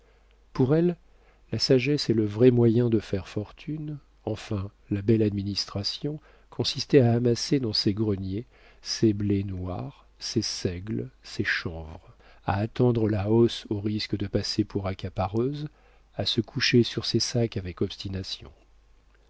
pour elle la sagesse est le vrai moyen de faire fortune enfin la belle administration consistait à amasser dans ses greniers ses blés noirs ses seigles ses chanvres à attendre la hausse au risque de passer pour accapareuse à se coucher sur ses sacs avec obstination